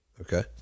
Okay